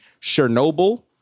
Chernobyl